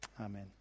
amen